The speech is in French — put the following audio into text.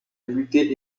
lutter